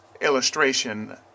illustration